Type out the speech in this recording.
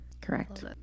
Correct